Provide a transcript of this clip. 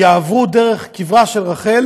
יעברו דרך קברה של רחל